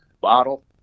bottle